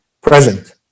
present